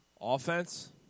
Offense